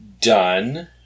done